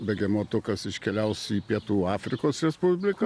begemotukas iškeliaus į pietų afrikos respubliką